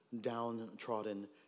downtrodden